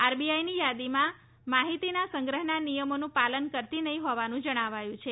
આરબીઆઈની યાદીમાં માહિતીના સંગ્રહના નિયમોનું પાલન કરતી નહીં હોવાનું જણાયું છે